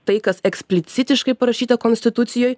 tai kas eksplicitiškai parašyta konstitucijoj